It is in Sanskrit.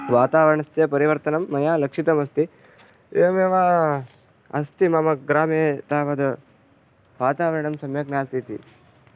वातावरणस्य परिवर्तनं मया लक्षितमस्ति एवमेव अस्ति मम ग्रामे तावद् वातावरणं सम्यक् नास्ति इति